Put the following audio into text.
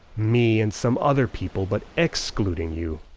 me and some other people but excluding you.